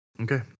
Okay